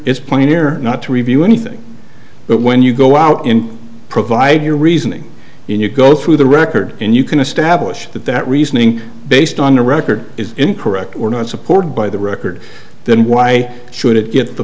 is playing here not to review anything but when you go out in provide your reasoning and you go through the record and you can establish that that reasoning based on the record is incorrect or not supported by the record then why should it get t